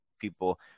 people